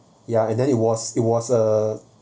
ya and then it was it was a